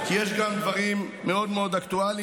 כי יש גם דברים מאוד מאוד אקטואליים,